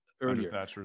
earlier